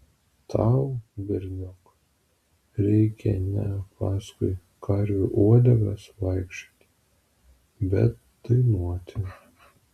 tau berniuk reikia ne paskui karvių uodegas vaikščioti bet dainuoti